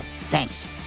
Thanks